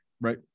right